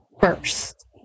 first